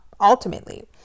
ultimately